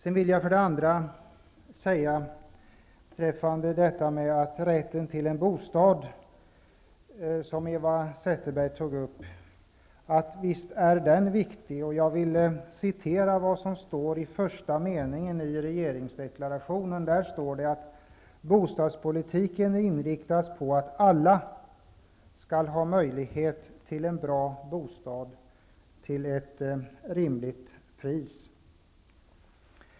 Eva Zetterberg tog också upp rätten till en bostad, och jag håller också med om att detta är viktigt. Jag vill hänvisa till vad som står i första meningen i regeringsdeklarationen: Bostadspolitiken inriktas på att alla skall ha möjlighet till en bra bostad till ett rimligt pris.